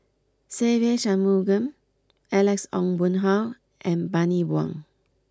Se Ve Shanmugam Alex Ong Boon Hau and Bani Buang